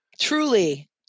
Truly